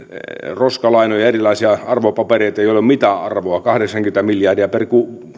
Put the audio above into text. roskalainoja ja erilaisia arvopapereita joilla ei ole mitään arvoa kahdeksankymmentä miljardia per